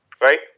Right